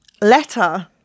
Letter